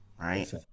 right